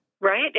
right